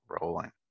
rolling